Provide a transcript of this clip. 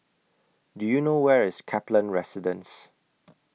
Do YOU know Where IS Kaplan Residence